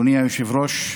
אדוני היושב-ראש,